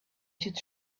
should